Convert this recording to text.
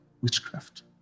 witchcraft